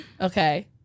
Okay